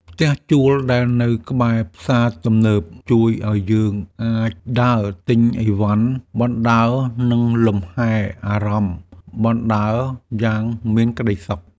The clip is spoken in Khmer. ផ្ទះជួលដែលនៅក្បែរផ្សារទំនើបជួយឱ្យយើងអាចដើរទិញអីវ៉ាន់បណ្តើរនិងលំហែអារម្មណ៍បណ្តើរយ៉ាងមានក្តីសុខ។